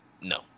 no